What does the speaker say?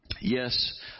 Yes